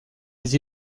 les